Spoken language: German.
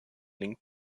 link